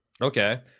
Okay